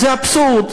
זה אבסורד.